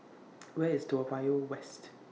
Where IS Toa Payoh West